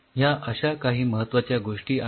ह्या अश्या काही महत्वाच्या गोष्टी आहेत